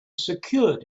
secured